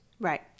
right